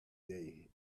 day